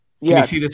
Yes